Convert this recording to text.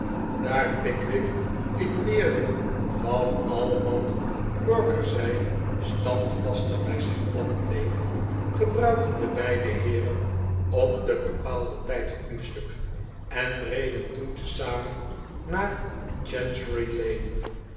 daar pickwick in weerwil van al wat perker zei standvastig bij zijn plan bleef gebruikten de beide heeren op den bepaalden tijd hun biefstuk en reden toen tezamen naar